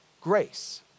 grace